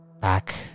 back